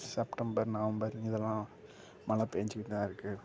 September November இதெல்லாம் மழை பெஞ்சிக்கிட்டுதான் இருக்கு